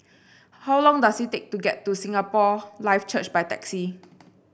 how long does it take to get to Singapore Life Church by taxi